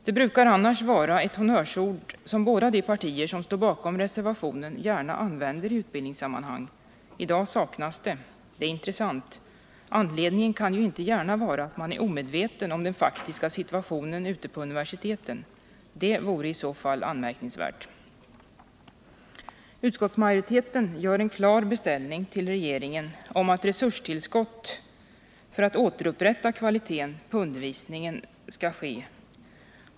Det brukar annars vara ett honnörsord som de båda partier som står bakom reservationen gärna använder i utbildningssammanhang. I dag saknas det. Det är intressant. Anledningen kan ju inte gärna vara att man är omedveten 105 om den faktiska situationen ute på universiteten; det vore i så fall anmärkningsvärt. Utskottsmajoriteten gör en klar beställning till regeringen om att resurstillskott måste till för att återupprätta kvaliteten på undervisningen.